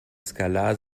skalar